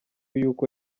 y’uko